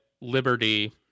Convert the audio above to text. liberty